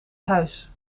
huis